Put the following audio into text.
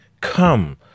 Come